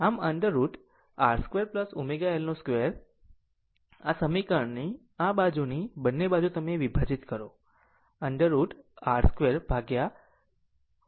આમ v √ over R 2 ω L 2 આ સમીકરણની આ બાજુની બંને બાજુ તમે વિભાજીત કરો √ over R 2 ω L 2ર